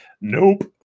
Nope